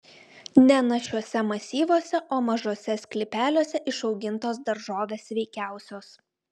ne našiuose masyvuose o mažuose sklypeliuose išaugintos daržovės sveikiausios